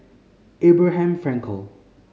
Abraham Frankel